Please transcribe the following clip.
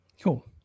Cool